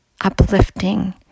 uplifting